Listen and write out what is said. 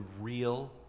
real